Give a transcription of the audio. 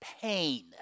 pain